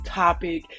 topic